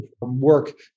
work